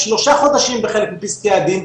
שלושה חודשים בחלק מפסקי הדין,